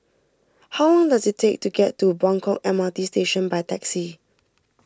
how long does it take to get to Buangkok M R T Station by taxi